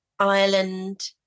Ireland